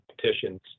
petitions